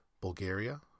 Bulgaria